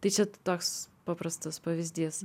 tai čia toks paprastas pavyzdys